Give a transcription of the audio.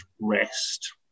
rest